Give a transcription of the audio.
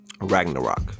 ragnarok